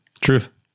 Truth